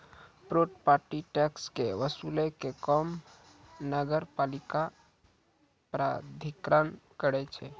property tax के वसूलै के काम नगरपालिका प्राधिकरण करै छै